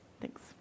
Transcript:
Thanks